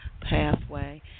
pathway